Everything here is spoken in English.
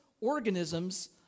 organisms